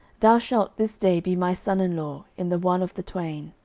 thou shalt this day be my son in law in the one of the twain.